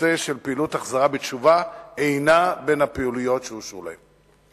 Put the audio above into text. הנושא של פעילות החזרה בתשובה אינו בין הפעילויות שאושרו להם.